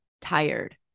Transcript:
tired